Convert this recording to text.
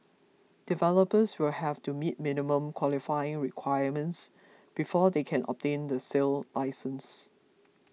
developers will have to meet minimum qualifying requirements before they can obtain the sale licence